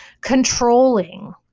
Controlling